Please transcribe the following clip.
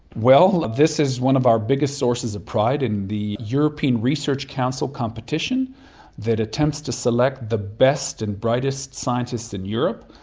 this is one of our biggest sources of pride. in the european research council competition that attempts to select the best and brightest scientists in europe,